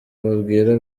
babwira